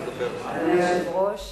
אדוני היושב-ראש,